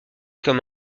comme